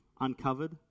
uncovered